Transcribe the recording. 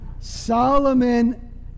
Solomon